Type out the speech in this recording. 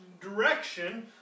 direction